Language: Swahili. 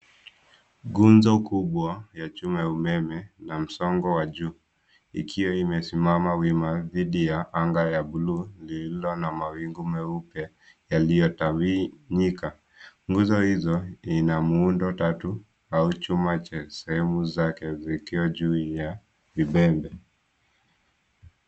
Nguzo kubwa ya chuma ya umeme la msongo wa juu ikiwa imesimama wima dhidi ya anga ya buluu lililo na mawingu meupe yaliyotawanyika. Nguzo hizo ina muundo tatu au chuma cha sehemu zake zikiwa juu ya vibembe.